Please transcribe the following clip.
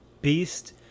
beast